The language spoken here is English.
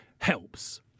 helps